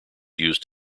used